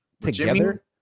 together